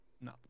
No